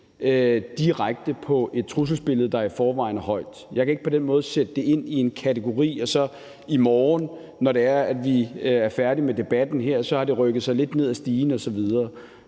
effekt på et trusselsniveau, der i forvejen er højt. Jeg kan ikke på den måde sætte det i en kategori, og så i morgen, når vi er færdige med debatten her, har det rykket sig lidt ned ad stigen osv.